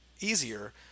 easier